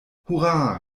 hurra